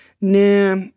Nah